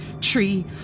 tree